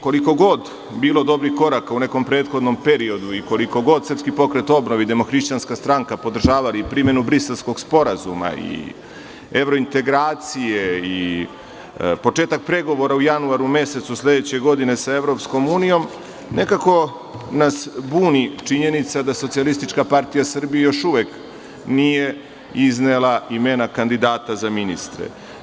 Koliko god bilo dobrih koraka u nekom prethodnom periodu i koliko god SPO i DHSS podržavali primenu Briselskog sporazuma i evrointegracije i početak pregovora u januaru mesecu sledeće godine sa EU, nekako nas buni činjenica da SPS još uvek nije iznela imena kandidata za ministre.